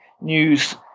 news